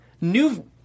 new